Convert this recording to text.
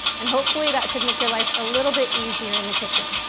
and hopefully that should make your life a little bit easier in the kitchen.